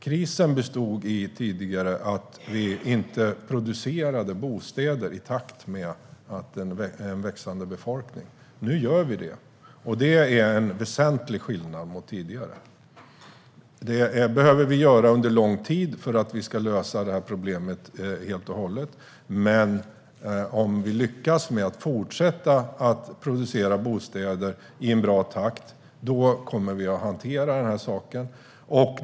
Krisen bestod tidigare i att vi inte producerade bostäder i takt med en växande befolkning. Nu gör vi det, och det är en väsentlig skillnad mot tidigare. Vi behöver göra detta under en lång tid för att lösa problemet helt och hållet, och om vi lyckas fortsätta producera bostäder i en bra takt kommer vi att hantera det hela.